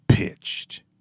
Pitched